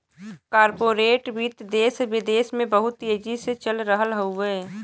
corporate वित्त देस विदेस में बहुत तेजी से चल रहल हउवे